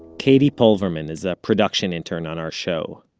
katie pulverman is a production intern on our show.